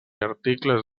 articles